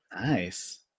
Nice